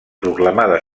proclamada